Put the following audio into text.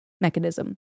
mechanism